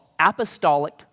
apostolic